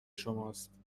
شماست